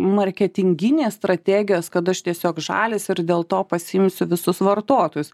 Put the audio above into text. marketinginės strategijos kad aš tiesiog žalias ir dėl to pasiimsiu visus vartotojus